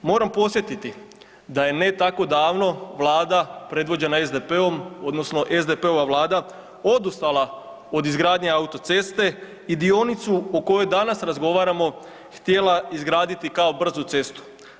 Moram podsjetiti da je ne tako davno Vlada predviđena SDP-om odnosno SDP-ova Vlada odustala od izgradnje autoceste i dionicu o kojoj danas razgovaramo htjela izgraditi kao brzu cestu.